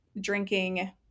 drinking